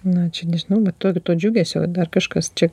na čia nežinau bet to džiugesio dar kažkas čia